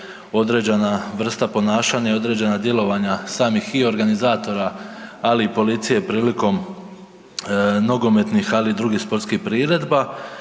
određena vrsta ponašanja i određena djelovanja samih i organizatora, ali i policije prilikom nogometnih, ali i drugih sportskih priredba.